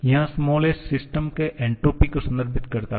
यहाँ s system के entropy को संदर्भित करता है